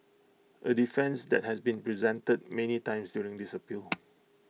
A defence that has been presented many times during this appeal